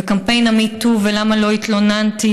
וקמפיין ה-Me Too, ולמה לא התלוננתי.